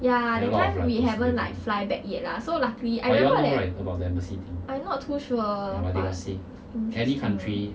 ya that time we haven't like fly back yet lah so luckily I never heard that I not too sure but not too sure